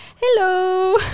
hello